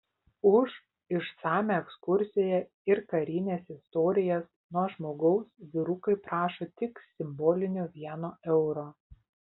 už išsamią ekskursiją ir karines istorijas nuo žmogaus vyrukai prašo tik simbolinio vieno euro